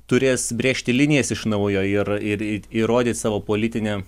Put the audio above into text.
turės brėžti linijas iš naujo ir ir it įrodyt savo politinę